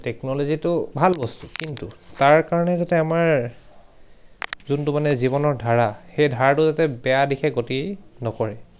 টেকন'লজিটো ভাল বস্তু কিন্তু তাৰ কাৰণে যাতে আমাৰ যোনটো মানে জীৱনৰ ধাৰা সেই ধাৰাটো যাতে বেয়া দিশে গতি নকৰে